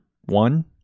one